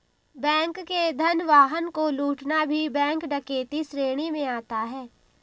bank के धन वाहन को लूटना भी बैंक डकैती श्रेणी में आता है